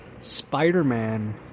Spider-Man